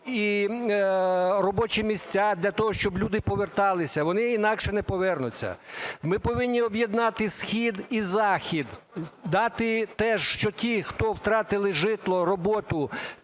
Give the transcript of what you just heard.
і робочі місця для того, щоб люди поверталися, вони інакше не повернуться. Ми повинні об'єднати схід і захід, дати теж... щоб ті, хто втратили житло, роботу,